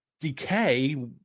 decay